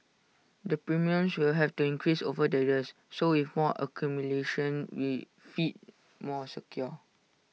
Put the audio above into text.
the premiums will have to increase over the years so with more accumulation we feel more secure